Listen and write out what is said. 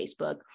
Facebook